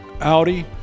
Audi